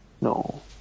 No